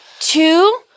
Two